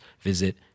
visit